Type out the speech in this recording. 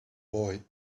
boy